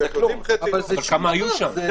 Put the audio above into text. זה כלום.